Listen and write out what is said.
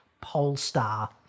Polestar